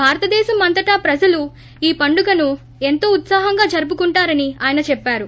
భారతదేశం అంతటా ప్రజలు ఈ పండుగను ఎంతో ఉత్పాహంగా జరుపుకుంటారని ఆయన చెప్పారు